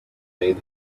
made